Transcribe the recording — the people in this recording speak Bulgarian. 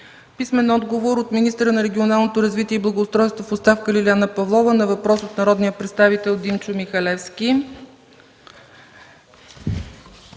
Михалевски; - министъра на регионалното развитие и благоустройството в оставка Лиляна Павлова на два въпроса от народния представител Димчо Михалевски;